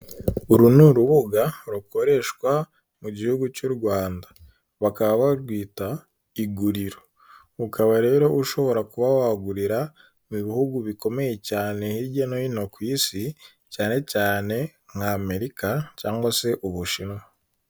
Uru ni urubuga rukoreshwa mu Gihugu cy'u Rwanda, bakaba barwita iguriro, ukaba rero ushobora kuba wagurira mu bihugu bikomeye cyane hirya no hino ku isi, cyane cyane nka Amerika cyangwa se Ubushinwa.